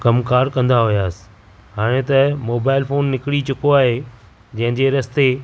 कमु कार कंदा हुआसीं हाणे त मोबाइल फोन निकरी चुको आहे जंहिं जे रस्ते